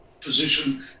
position